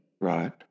Right